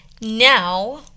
Now